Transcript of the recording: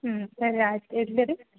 ಹ್ಞೂ ಸರಿ ಆಯ್ತು ಇಡಲೇ ರೀ